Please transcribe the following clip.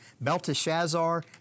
Belteshazzar